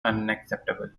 unacceptable